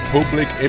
Public